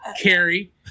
Carrie